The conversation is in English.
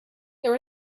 there